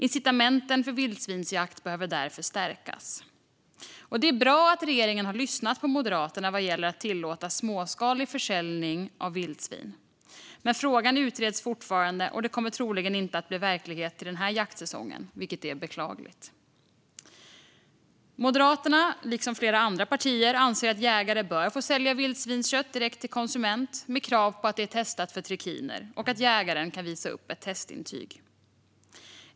Incitamenten för vildsvinsjakt behöver därför stärkas. Det är bra att regeringen har lyssnat på Moderaterna vad gäller att tillåta småskalig försäljning av vildsvinskött. Men frågan utreds fortfarande, och det kommer troligen inte att bli verkligheten till den här jaktsäsongen, vilket är beklagligt. Moderaterna liksom flera andra partier anser att jägare bör få sälja vildsvinskött direkt till konsument, med krav på att det är testat för trikiner och att jägaren kan visa upp ett testintyg.